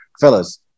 fellas